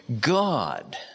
God